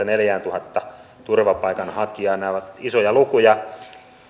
neljätuhatta turvapaikanhakijaa nämä ovat isoja lukuja